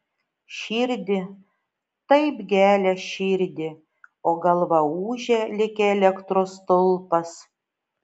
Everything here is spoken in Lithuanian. širdį taip gelia širdį o galva ūžia lyg elektros stulpas